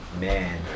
Man